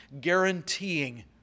guaranteeing